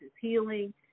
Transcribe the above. Healing